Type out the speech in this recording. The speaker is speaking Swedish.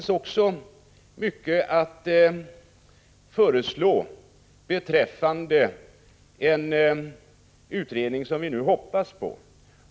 Det finns mycket att föreslå beträffande en kommande utredning, som vi nu hoppas på.